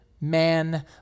man